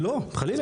לא, חלילה.